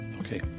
Okay